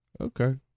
Okay